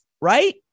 right